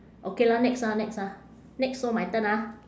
okay lah next ah next ah next so my turn ah